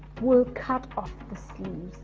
will cut off the.